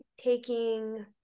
taking